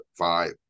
vibe